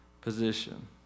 position